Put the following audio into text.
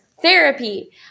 therapy